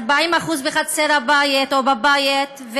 40% בחצר הבית או בבית,